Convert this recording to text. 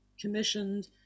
commissioned